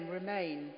remain